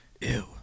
Ew